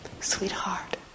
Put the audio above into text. sweetheart